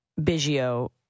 Biggio